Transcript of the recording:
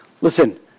Listen